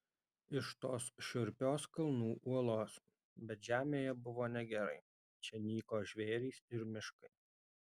iš tos šiurpios kalnų uolos bet žemėje buvo negerai čia nyko žvėrys ir miškai